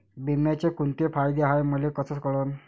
बिम्याचे कुंते फायदे हाय मले कस कळन?